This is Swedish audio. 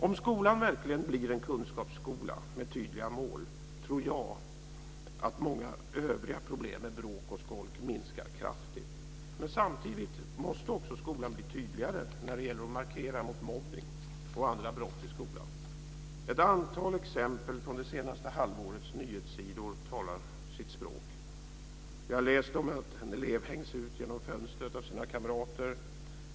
Om skolan verkligen blir en kunskapsskola med tydliga mål tror jag att många övriga problem med bråk och skolk minskar kraftigt. Men samtidigt måste skolan bli tydligare när det gäller att markera mot mobbning och andra brott i skolan. Ett antal exempel från det senaste halvårets nyhetssidor talar sitt tydliga språk. Vi har läst om att en elev hängs ut genom fönstret av sina kamrater.